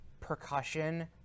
percussion